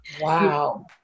Wow